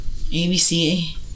ABC